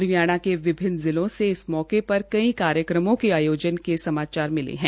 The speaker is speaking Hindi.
हरियाणा के विभिन्न जिलो से इस मौके पर कई कार्यक्रमों के आयोजन के समाचार मिले है